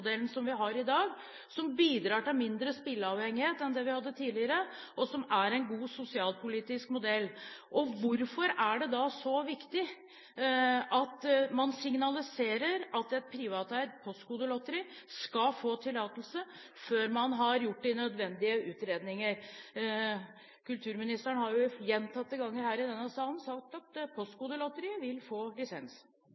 som gjør at vi kan beholde den enerettsmodellen som vi har i dag, som bidrar til mindre spilleavhengighet enn det vi hadde tidligere, og som er en god sosialpolitisk modell? Og hvorfor er det da så viktig at man signaliserer at et privateid postkodelotteri skal få tillatelse før man har gjort de nødvendige utredninger? Kulturministeren har gjentatte ganger her i denne salen sagt at